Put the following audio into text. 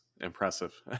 impressive